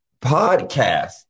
podcast